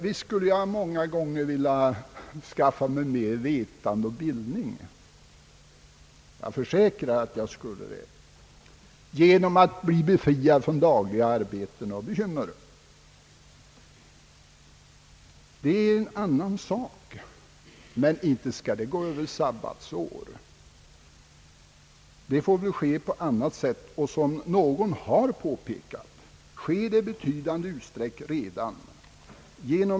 Visst skulle jag många gånger ha velat skaffa mig mer vetande och bildning, det försäkrar jag, genom att bli befriad från dagliga arbeten och bekymmer. Men det är en annan sak! Inte skall det möjliggöras genom sabbatsår. Det får väl ske på annat sätt. Och som någon har påpekat: det sker redan i betydande utsträckning.